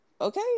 Okay